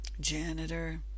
janitor